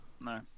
No